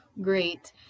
great